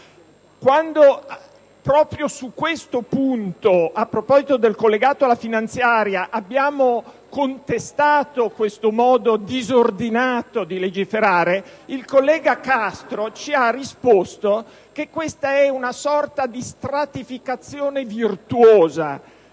Quando, proprio su questo punto, nel corso della discussione sul collegato alla finanziaria, abbiamo contestato questo modo disordinato di legiferare, il collega Castro ci ha risposto che questa va considerata come "stratificazione virtuosa".